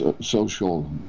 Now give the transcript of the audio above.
social